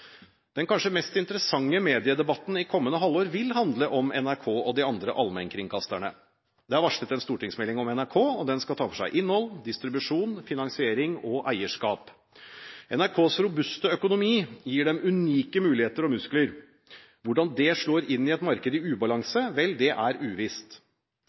Den kanskje mest interessante mediedebatten i kommende halvår vil handle om NRK og de andre allmennkringkasterne. Det er varslet en stortingsmelding om NRK, og den skal ta for seg innhold, distribusjon, finansiering og eierskap. NRKs robuste økonomi gir dem unike muligheter og muskler. Hvordan det slår inn i et marked i ubalanse – vel, det er uvisst.